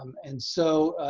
and so,